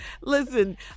Listen